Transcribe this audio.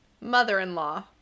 mother-in-law